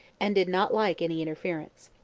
and did not like any interference.